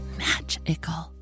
magical